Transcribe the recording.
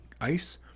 ice